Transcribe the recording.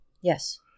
Yes